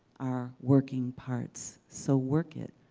our working parts. so work it,